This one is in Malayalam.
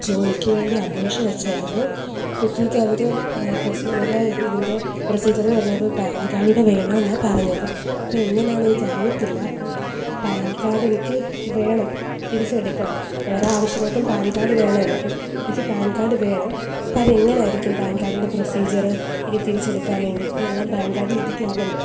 ജോലിക്കു വേണ്ടി അപേക്ഷ വെച്ചായിരുന്നു അപ്പോഴത്തേക്കും അവർ പ്രോസി അവരുടെ ഇതിൻ്റെ പ്രൊസീജിയർ പറഞ്ഞപ്പോൾ പാൻ കാർഡും കൂടെ വേണമെന്നാണ് പറഞ്ഞത് അപ്പോൾ എങ്ങനെയാണെന്നെനിക്കറിയത്തില്ല അപ്പം പാൻ കാർഡ് എനിക്ക് വേണം തിരിച്ചെടുക്കണം വേറെ ആവശ്യങ്ങൾക്കും പാൻ കാർഡ് വേണോലോ അപ്പം എനിക്ക് പാൻ കാർഡ് വേണം അപ്പം അത് എങ്ങനെയായിരിക്കും പാൻ കാർഡിൻ്റെ പ്രൊസീജിയർ ഇനി തിരിച്ചെടുക്കാൻ വേണ്ടി ഇപ്പോൾ എല്ലാം പാൻ കാർഡ് ലിങ്കിങ്ങാണല്ലോ